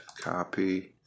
Copy